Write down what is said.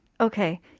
Okay